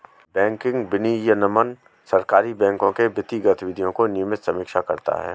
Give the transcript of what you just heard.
banking विनियमन सहकारी बैंकों के वित्तीय गतिविधियों की नियमित समीक्षा करता है